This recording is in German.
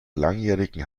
langjährigen